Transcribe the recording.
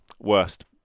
worst